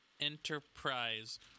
Enterprise